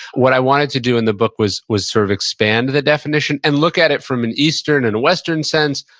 what i wanted to do in the book was was sort of expand the definition and look at it from an eastern and western sense,